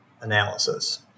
analysis